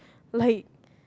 like